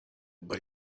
but